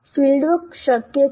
fieldwork શક્ય છે